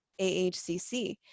AHCC